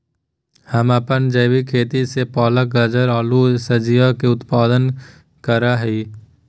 हम अपन जैविक खेती से पालक, गाजर, आलू सजियों के उत्पादन करा हियई